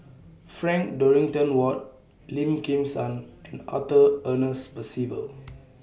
Frank Dorrington Ward Lim Kim San and Arthur Ernest Percival